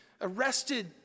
Arrested